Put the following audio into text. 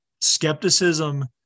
Skepticism